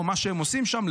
או מה שהם עושים שם,